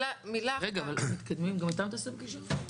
רגע, גם איתם תעשה פגישות?